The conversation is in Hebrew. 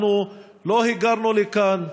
אנחנו לא היגרנו לכאן.